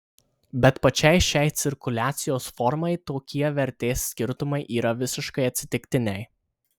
bet pačiai šiai cirkuliacijos formai tokie vertės skirtumai yra visiškai atsitiktiniai